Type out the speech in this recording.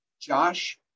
josh